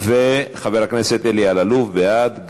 וחבר הכנסת אלאלוף, בעד.